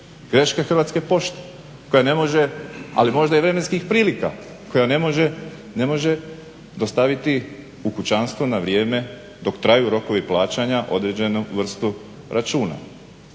greške Hrvatske pošte koja ne može, ali možda i vremenskih prilika, koja ne može dostaviti u kućanstva na vrijeme dok traju rokovi plaćanja određenu vrstu računa.